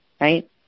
right